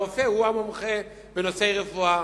הרופא הוא המומחה בנושא רפואה,